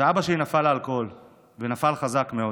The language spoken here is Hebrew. ואבא שלי נפל לאלכוהול, ונפל חזק מאוד.